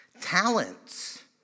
Talents